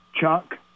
Chuck